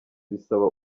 bisaba